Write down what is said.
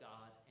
God